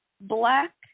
black